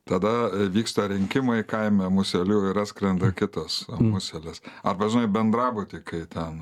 tada vyksta rinkimai kaime muselių ir atskrenda kitos muselės arba žinai bendrabuty kai ten